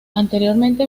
anteriormente